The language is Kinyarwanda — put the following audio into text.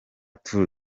tour